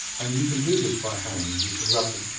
and you can do this by hand you can rub the,